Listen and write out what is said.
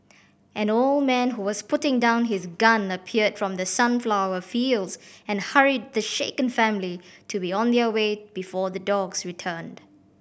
an old man who was putting down his gun appeared from the sunflower fields and hurried the shaken family to be on their way before the dogs return